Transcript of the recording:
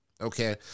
okay